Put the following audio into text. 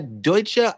Deutsche